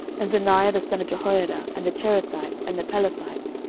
and benaiah the son of jehoiada, and the cherethites, and the pelethites,